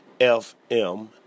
FM